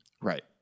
Right